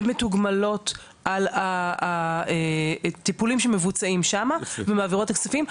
הן מתוגמלות על הטיפולים המבוצעים שם ומעבירות את הכספים.